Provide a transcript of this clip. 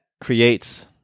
creates